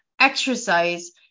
exercise